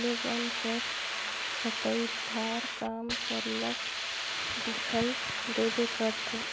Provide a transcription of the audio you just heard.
ले बन कर छंटई दार काम सरलग दिखई देबे करथे